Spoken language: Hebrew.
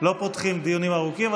לא פותחים דיונים ארוכים.